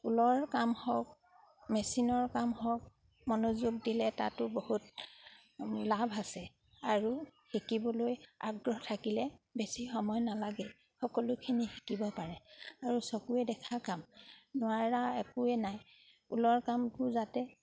ঊলৰ কাম হওক মেচিনৰ কাম হওক মনোযোগ দিলে তাতো বহুত লাভ আছে আৰু শিকিবলৈ আগ্ৰহ থাকিলে বেছি সময় নালাগে সকলোখিনি শিকিব পাৰে আৰু চকুৰে দেখা কাম নোৱাৰা একোৱে নাই ঊলৰ কামবোৰ যাতে